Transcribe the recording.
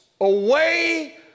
away